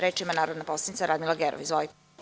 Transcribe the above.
Reč ima narodna poslanica Radmila Gerov.